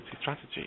strategy